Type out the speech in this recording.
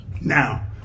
Now